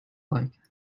like